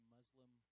Muslim